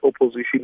opposition